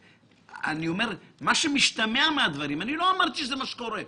מה שמשתמע מהדברים אני לא אמרתי שזה מה שקורה,